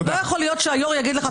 לא יכול להיות שהיו"ר יגיד לך,